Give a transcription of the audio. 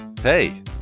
Hey